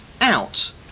out